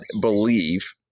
believe